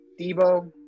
Debo